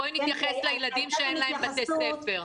בואי נתייחס לילדים שאין להם בתי ספר.